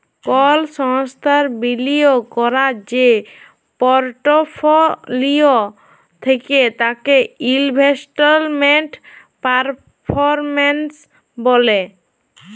call সংস্থার বিলিয়গ ক্যরার যে পরটফলিও থ্যাকে তাকে ইলভেস্টমেল্ট পারফরম্যালস ব্যলে